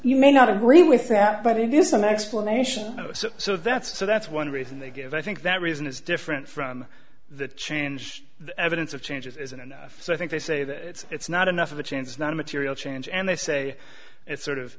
you may not agree with that but it is an explanation so that's so that's one reason they give i think that reason is different from the change the evidence of changes isn't enough so i think they say that it's not enough of a chance not a material change and they say it's sort of